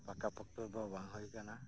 ᱯᱟᱠᱟ ᱯᱚᱠᱛᱚ ᱫᱚ ᱵᱟᱝ ᱦᱩᱭ ᱠᱟᱱᱟ